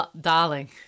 Darling